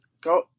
go